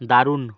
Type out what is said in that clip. দারুণ